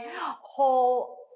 whole